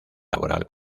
laboral